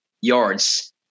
yards